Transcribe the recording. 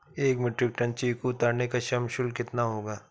एक metric ton चीकू उतारने का श्रम शुल्क कितना होगा?